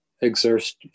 exert